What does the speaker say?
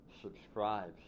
subscribes